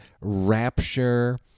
rapture